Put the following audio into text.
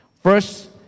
First